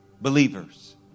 believers